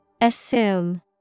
Assume